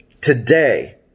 today